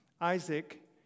Isaac